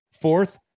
fourth